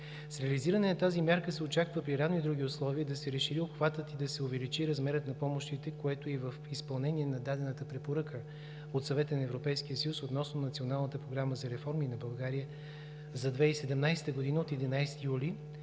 С реализиране на тази мярка се очаква при равни и други условия да се разшири обхватът и да се увеличи размерът на помощите. Това е и в изпълнение на дадената препоръка от Съвета на Европейския съюз относно Националната програма за реформи на България за 2017 г. от 11 юли,